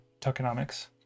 tokenomics